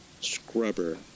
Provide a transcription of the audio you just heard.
scrubber